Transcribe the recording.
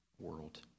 world